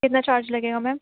کتنا چارج لگے گا میم